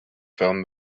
film